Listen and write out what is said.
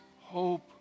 hope